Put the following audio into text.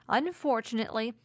unfortunately